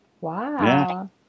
wow